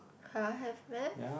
!huh! have meh